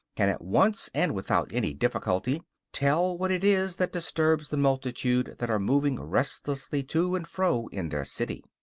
can at once and without any difficulty tell what it is that disturbs the multitude that are moving restlessly to and fro in their city.